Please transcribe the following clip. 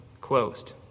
closed